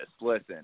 listen